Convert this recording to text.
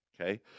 okay